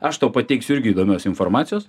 aš tau pateiksiu irgi įdomios informacijos